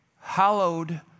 hallowed